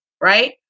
right